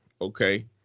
okay